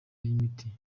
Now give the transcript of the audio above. ry’imiti